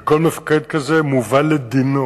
וכל מפקד כזה מובא לדין.